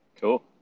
Cool